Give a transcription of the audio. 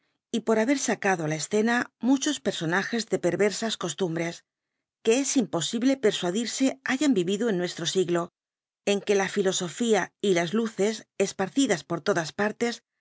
y por haber sacado á la escena muchos personages de per versas columbres que es imposible persuadirse hayan vivido en nufestro siglo en que la ñlosoña y las luces esparcidas por todas partes